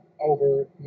over